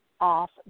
off